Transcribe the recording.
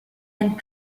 and